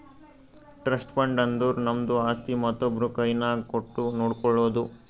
trust fund ಅಂದುರ್ ನಮ್ದು ಆಸ್ತಿ ಮತ್ತೊಬ್ರು ಕೈನಾಗ್ ಕೊಟ್ಟು ನೋಡ್ಕೊಳೋದು